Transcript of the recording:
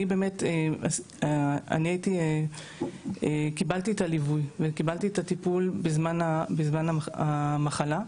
אני קיבלתי ליווי וטיפול בזמן המחלה.